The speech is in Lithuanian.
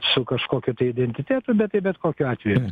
su kažkokiu tai identitetu bet tai bet kokiu atveju